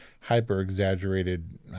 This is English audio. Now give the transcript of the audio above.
hyper-exaggerated